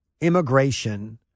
immigration